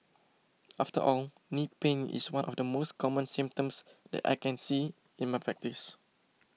after all knee pain is one of the most common symptoms that I can see in my practice